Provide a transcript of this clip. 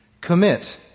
Commit